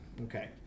okay